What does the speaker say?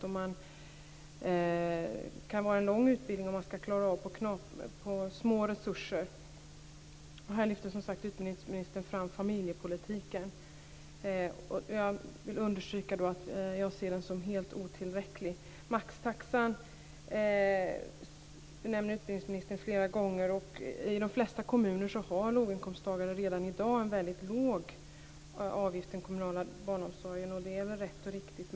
Det kan vara en lång utbildning som man ska klara av med små resurser. Här lyfter som sagt utbildningsministern fram familjepolitiken. Jag vill understryka att jag ser den som helt otillräcklig. Utbildningsministern nämner maxtaxan flera gånger. I de flesta kommuner har låginkomsttagare redan i dag en väldigt låg avgift till den kommunala barnomsorgen, och det är väl rätt och riktigt.